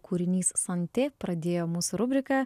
kūrinys santi pradėjo mūsų rubriką